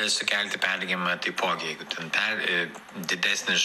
sukelti perdegimą taipogi jeigu per e didesnis